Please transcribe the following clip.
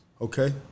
Okay